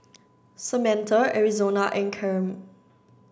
Samantha Arizona and Karyme